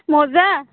মজা